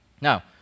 Now